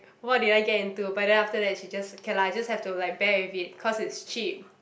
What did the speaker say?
what did I get into but then after that she just okay lah just have to like bear with it cause it's cheap